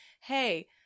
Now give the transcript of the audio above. hey